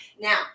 Now